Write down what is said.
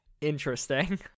interesting